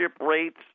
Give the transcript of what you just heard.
rates